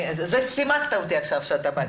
שימחת אותי שבאת.